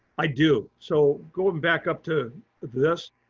i do. so going back up to this.